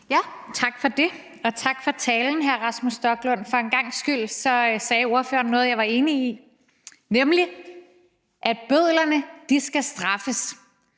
Tak for det. Og tak for talen, hr. Rasmus Stoklund. For en gangs skyld sagde ordføreren noget, jeg var enig i, nemlig at bødlerne skal straffes.